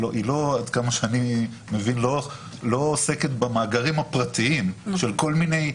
עד כמה שאני מבין היא לא עוסקת במאגרים הפרטיים של כל מיני,